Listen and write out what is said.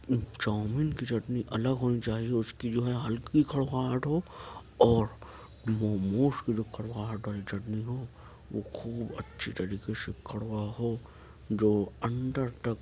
chowmein کی چٹنی الگ ہونی چاہیے اس کی جو ہے ہلکی کڑواہٹ ہو اور موموز کی جو کڑواہٹ والی چٹنی ہو وہ خوب اچھی طریقے سے کڑوا ہو جو اندر تک